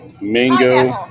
mango